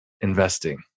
investing